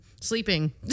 sleeping